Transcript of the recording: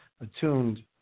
attuned